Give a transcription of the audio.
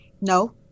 No